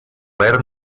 ver